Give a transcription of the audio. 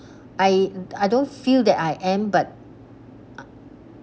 I I don't feel that I am but ah